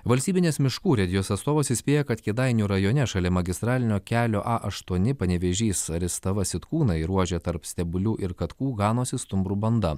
valstybinės miškų urėdijos atstovas įspėja kad kėdainių rajone šalia magistralinio kelio a aštuoni panevėžys aristava sitkūnai ruože tarp stebulių ir katkų ganosi stumbrų banda